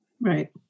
Right